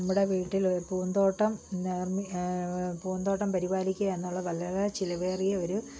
നമ്മുടെ വീട്ടിലൊരു പൂന്തോട്ടം പൂന്തോട്ടം പരിപാലിക്കുക എന്നുള്ളത് വളരേ ചിലവേറിയ ഒരു